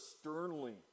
sternly